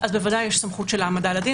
אז בוודאי שיש סמכות של העמדה לדין,